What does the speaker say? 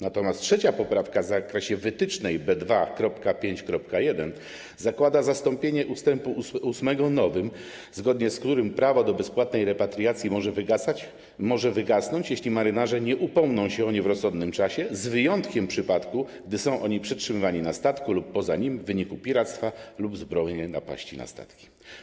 Natomiast trzecia poprawka w zakresie wytycznej B2.5.1 zakłada zastąpienie ust. 8 nowym, zgodnie z którym prawo do bezpłatnej repatriacji może wygasnąć, jeśli marynarze nie upomną się o nie w rozsądnym czasie, z wyjątkiem przypadku, gdy są oni przetrzymywani na statku lub poza nim w wyniku piractwa lub zbrojnej napaści na statki.